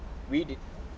we did